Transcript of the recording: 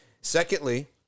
Secondly